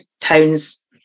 towns